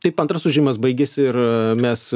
taip antras ūžimas baigiasi ir mes